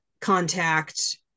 contact